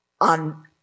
on